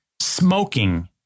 smoking